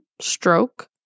stroke